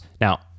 Now